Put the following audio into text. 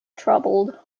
troubled